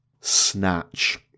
Snatch